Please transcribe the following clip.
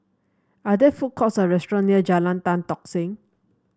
are there food courts or restaurant near Jalan Tan Tock Seng